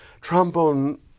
trombone